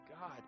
God